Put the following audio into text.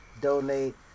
donate